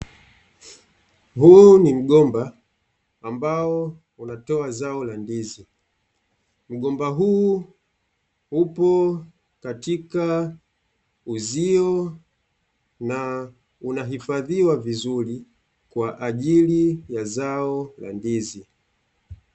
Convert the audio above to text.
Huu ni mgomba ambao unatoa zao la ndizi, mgomba huu upo katika Uzio na unahifadhiwa vizuri kwa ajili ya zao la ndizi.